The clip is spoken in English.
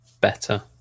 better